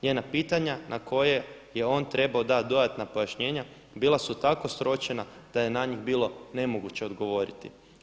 Njena pitanja na koje je on trebao dati dodatna pojašnjenja bila su tako sročena da je na njih bilo nemoguće odgovoriti.